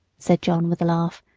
said john with a laugh,